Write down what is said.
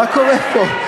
מה קורה פה?